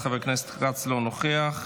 חברת הכנסת מלינובסקי, לא נוכחת,